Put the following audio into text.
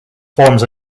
forms